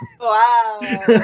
Wow